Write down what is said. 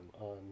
on